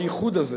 אדוני היושב-ראש,